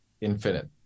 infinite